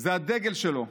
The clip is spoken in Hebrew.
זה הדגל שלו.